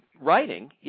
writing